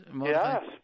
Yes